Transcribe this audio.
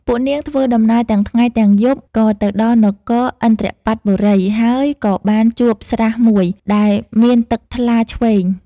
ពួកនាងធ្វើដំណើរទាំងថ្ងៃទំាងយប់ក៏ទៅដល់នគរឥន្ទបត្តបុរី ហើយក៏បានជួបស្រះមួយដែលមានទឹកថ្លាឈ្វេង។